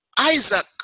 Isaac